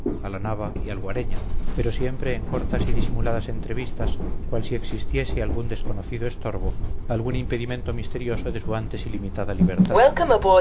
a la nava y al guareña pero siempre en cortas y disimuladas entrevistas cual si existiese algún desconocido estorbo algún impedimento misterioso de su antes ilimitada libertad